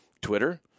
Twitter